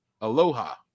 Aloha